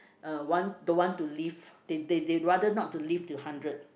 uh want don't want to live they they they rather not to live till hundred